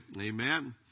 Amen